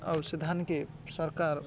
ଆଉ ସେ ଧାାନ୍କେ ସରକାର